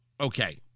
okay